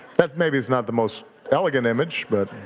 that maybe is not the most elegant image, but.